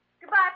goodbye